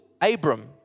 Abram